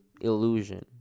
Illusion